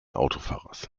autofahrers